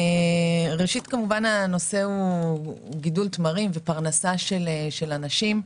הנושא הוא גידול תמרים ופרנסה של אנשים.